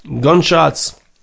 gunshots